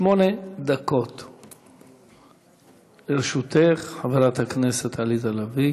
שמונה דקות לרשותך, חברת הכנסת עליזה לביא.